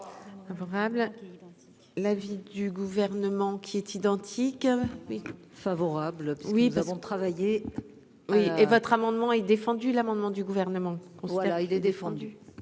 l'avis du gouvernement qui est identique favorable oui ben vont travailler oui et votre amendement est défendu l'amendement du gouvernement, là il est défendu,